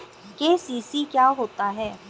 KCC क्या होता है?